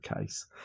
case